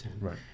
Right